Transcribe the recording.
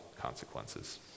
consequences